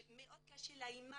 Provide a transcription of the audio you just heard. מאוד קשה לאימא